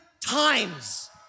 times